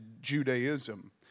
Judaism